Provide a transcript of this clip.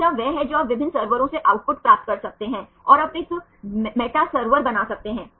दूसरा वह है जो आप विभिन्न सर्वरों से आउटपुट प्राप्त कर सकते हैं और आप एक मेटसर्वेर बना सकते हैं